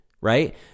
right